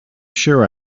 sure